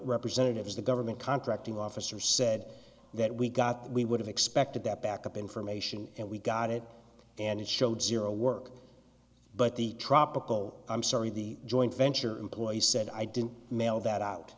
representatives the government contracting officer said that we got we would have expected that backup information and we got it and it showed zero work but the tropico i'm sorry the joint venture employee said i didn't mail that out